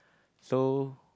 so